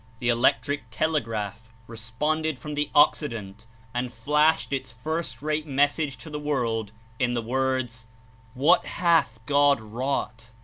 the electric telegraph responded from the occident and flashed its first great message to the world in the words what hath god wrought!